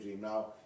Now